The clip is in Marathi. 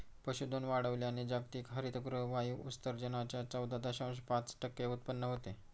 पशुधन वाढवल्याने जागतिक हरितगृह वायू उत्सर्जनाच्या चौदा दशांश पाच टक्के उत्पन्न होते